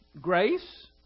grace